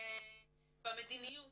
במדיניות